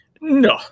no